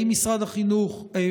האם משרד הבריאות,